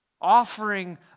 offering